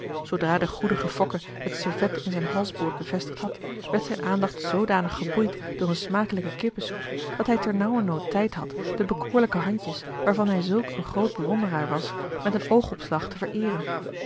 zoodra de goedige fokke het servet in zijn halsboord bevestigd had werd zijn aandacht zoodanig geboeid door een smakelijke kippensoep dat hij ternauwernood tijd had de bekoorlijke handjes waarvan hij zulk een groot bewonderaar was met een oogopslag te vereeren